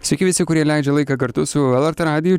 sveiki visi kurie leidžia laiką kartu su lrt radiju